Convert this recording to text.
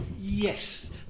Yes